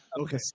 Okay